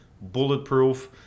bulletproof